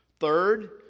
Third